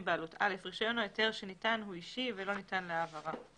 בעלות רישיון או היתר שניתן הוא אישי ולא ניתן להעברה.